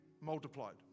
multiplied